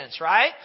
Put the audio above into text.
right